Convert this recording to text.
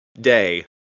Day